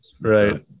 Right